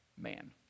man